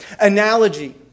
analogy